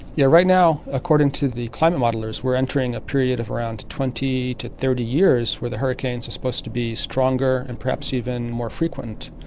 yeah, right now according to the climate modellers we're entering a period of around twenty to thirty years where the hurricanes are supposed to be stronger and perhaps even more frequent.